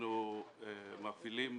אנחנו מפעילים